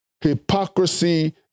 hypocrisy